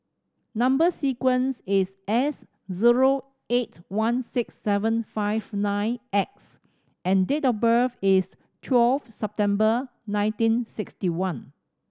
number sequence is S zero eight one six seven five nine X and date of birth is twelve September nineteen sixty one